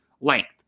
length